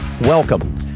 Welcome